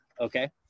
Okay